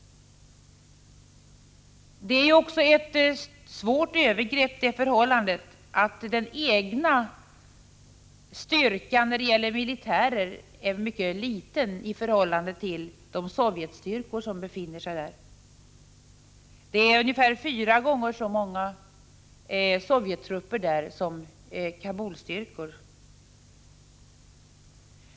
Ett svårt förhållande är också att den egna militärstyrkan är mycket liten i förhållande till de sovjetstyrkor som befinner sig i landet. Det är ungefär fyra gånger så stora Sovjettrupper där som Kabulstyrkor.